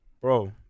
bro